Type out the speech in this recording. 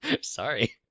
Sorry